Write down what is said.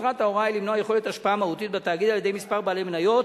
מטרת ההוראה היא למנוע יכולת השפעה מהותית בתאגיד על-ידי כמה בעלי מניות